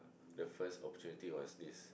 the first opportunity was this